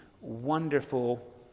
wonderful